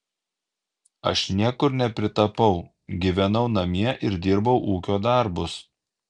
aš niekur nepritapau gyvenau namie ir dirbau ūkio darbus